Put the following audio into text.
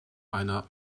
einer